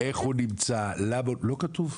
לא כתוב.